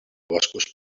boscos